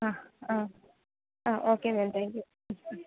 ആ ആ ആ okay ma'am thank you hmm മ്